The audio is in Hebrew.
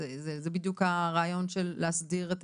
זה בדיוק הרעיון של להסדיר.